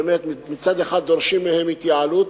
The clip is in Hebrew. מצד אחד דורשים מהן התייעלות,